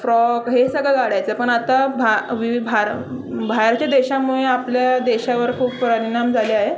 frock हे सगळं गाडायचं पण आता भा वि भार बाहेरच्या देशामुळे आपल्या देशावर खूप परिणाम झाले आहे